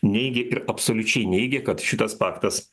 neigia ir absoliučiai neigia kad šitas faktas